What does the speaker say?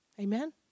Amen